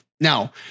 Now